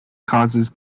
causes